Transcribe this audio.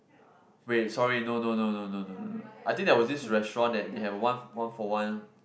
wait sorry no no no no no no no I think there was this restaurant that they had a one one for one